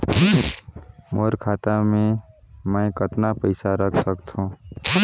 मोर खाता मे मै कतना पइसा रख सख्तो?